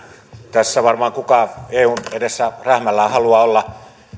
tässä varmaan kukaan eun edessä rähmällään halua olla